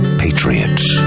patriot.